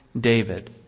David